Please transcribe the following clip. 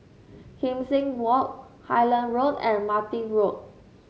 Kim Seng Walk Highland Road and Martin Road